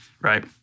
right